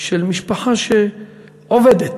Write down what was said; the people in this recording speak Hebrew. של משפחה שעובדת